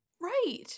Right